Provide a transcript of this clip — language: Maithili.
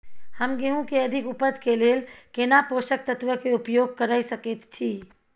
हम गेहूं के अधिक उपज के लेल केना पोषक तत्व के उपयोग करय सकेत छी?